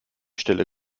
stelle